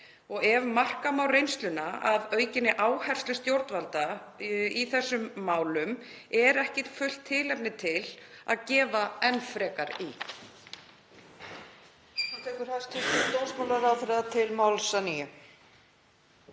Ef marka má reynsluna af aukinni áherslu stjórnvalda í þessum málum er ekki fullt tilefni til að gefa enn frekar í?